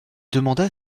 demanda